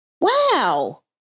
wow